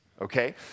okay